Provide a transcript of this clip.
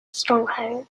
stronghold